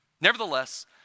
Nevertheless